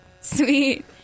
Sweet